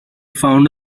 found